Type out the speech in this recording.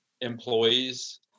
employees